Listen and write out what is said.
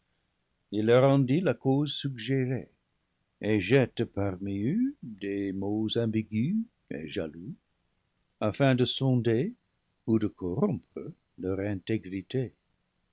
il leur en dit la cause suggérée et jette parmi eus des mots ambigus et ja loux afin de sonder ou de corrompre leur